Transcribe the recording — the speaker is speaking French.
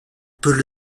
peut